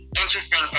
Interesting